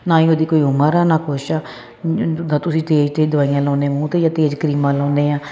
ਨਾ ਹੀ ਉਹਦੀ ਕੋਈ ਉਮਰ ਹੈ ਨਾ ਕੁਛ ਤਾਂ ਜਿਦਾਂ ਤੁਸੀਂ ਤੇਜ਼ ਤੇ ਦਵਾਈਆਂ ਲਾਉਂਦੇ ਮੂੰਹ ਤੇਜ਼ ਕਰੀਮ ਲਾਉਂਦੇ ਆ